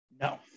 No